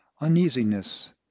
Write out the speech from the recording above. uneasiness